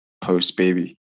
post-baby